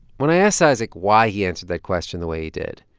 when i asked cizik why he answered that question the way he did,